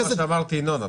זה לא מה שאמרתי, ינון.